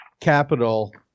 capital